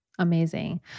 Amazing